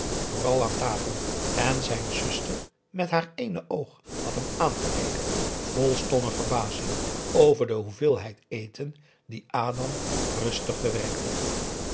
vooral aan tafel en zijn zuster met haar ééne oog had hem aangekeken vol stomme verbazing over de hoeveelheid eten die adam rustig verwerkte